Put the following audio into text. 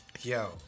yo